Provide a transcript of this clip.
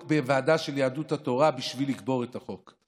בוועדה של יהדות התורה בשביל לקבור את החוק.